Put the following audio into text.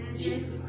Jesus